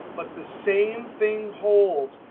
but the same thing holds,